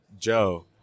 Joe